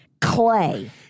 clay